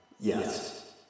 Yes